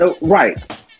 Right